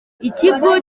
ikigo